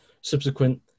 subsequent